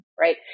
right